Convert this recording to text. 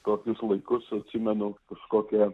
kokius laikus atsimenu kažkokia